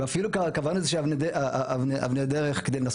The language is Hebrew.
ואפילו קבענו אבני דרך כדי לנסות